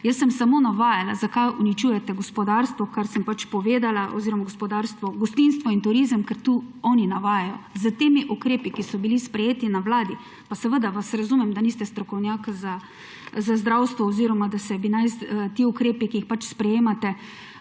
Jaz sem samo navajala, zakaj uničujete gospodarstvo, ker sem pač povedala oziroma gostinstvo in turizem, ker to oni navajajo s temi ukrepi, ki so bili sprejeti na Vladi. Pa seveda vas razumem, da niste strokovnjak za zdravstvo oziroma da naj bi bili ti ukrepi, ki jih pač sprejemate,